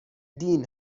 دین